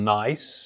nice